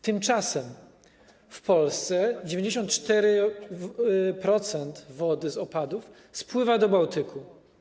Tymczasem w Polsce 94% wody z opadów spływa do Bałtyku.